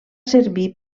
servir